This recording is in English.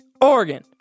Oregon